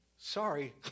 Sorry